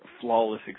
flawless